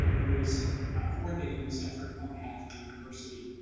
who is ah coordinating this effort on behalf of the university.